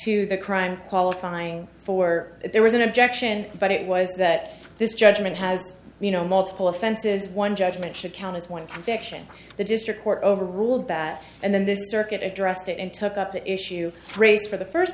to the crime qualifying for there was an objection but it was that this judgment has you know multiple offenses one judgment should count as one conviction the district court overruled that and then this circuit addressed it and took up the issue raised for the first